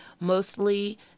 mostly